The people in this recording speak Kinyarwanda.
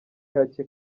hake